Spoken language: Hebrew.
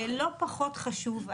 ולא פחות חשוב,